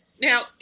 Now